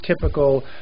Typical